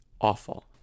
awful